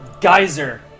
geyser